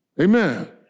Amen